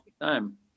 time